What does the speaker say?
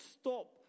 stop